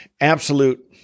absolute